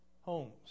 homes